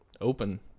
open